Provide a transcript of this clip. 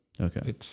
Okay